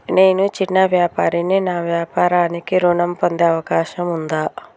నేను చిన్న వ్యాపారిని నా వ్యాపారానికి ఋణం పొందే అవకాశం ఉందా?